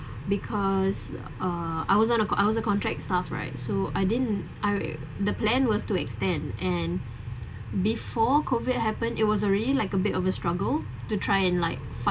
because uh I was on a I was a contract staff right so I didn't I uh the plan was to extend and before COVID happen it was a really like a bit of a struggle to try and like fight